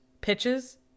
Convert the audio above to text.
pitches